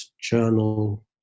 journal